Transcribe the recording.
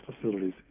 facilities